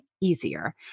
easier